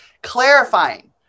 Clarifying